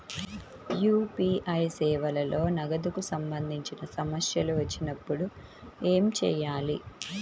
UPI సేవలలో నగదుకు సంబంధించిన సమస్యలు వచ్చినప్పుడు ఏమి చేయాలి?